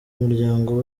muryango